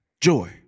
joy